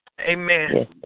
Amen